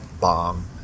bomb